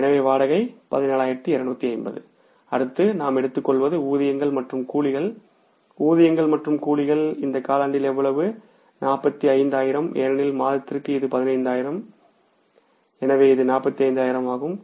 எனவே வாடகை 17250 அடுத்து நாம் எடுத்துக்கொள்வது ஊதியங்கள் மற்றும் கூலிகள் ஊதியங்கள் மற்றும் கூலிகள் இந்த காலாண்டில் எவ்வளவு 45000 ஏனெனில் மாதத்திற்கு இது 15000 எனவே இது 45000 ஆகும்